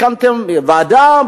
הקמתם ועדה,